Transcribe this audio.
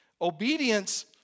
Obedience